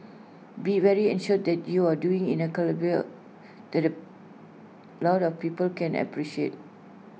be very assured that you're doing in A calibre that A lot of people can appreciate